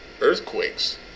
earthquakes